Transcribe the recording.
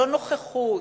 לא נוכחות,